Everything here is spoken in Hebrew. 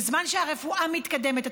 בזמן שהרפואה מתקדמת,